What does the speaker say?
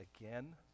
again